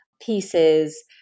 pieces